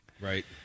right